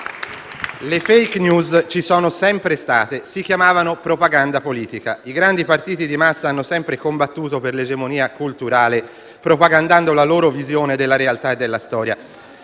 le *fake news* ci sono sempre state: si chiamavano propaganda politica. I grandi partiti di massa hanno sempre combattuto per l'egemonia culturale, propagandando la loro visione della realtà e della storia,